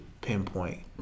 pinpoint